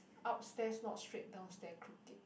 upstairs not straight downstair crooked